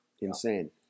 insane